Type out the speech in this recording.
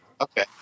Okay